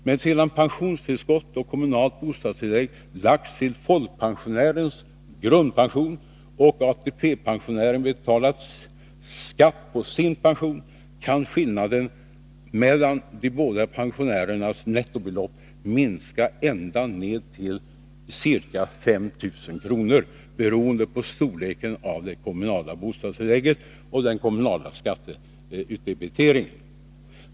Men sedan pensionstillskott och kommunalt bostadstillägg lagts till folkpensionärens grundpension och ATP-pensionären betalat skatt på sin pension, kan skillnaden mellan de båda pensionärernas nettobelopp uppgå till bara ca 5000 kr., beroende på storleken av det kommunala bostadstillägget och den kommunala skatteutdebiteringen.